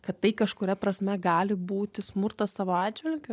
kad tai kažkuria prasme gali būti smurtas savo atžvilgiu